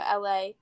LA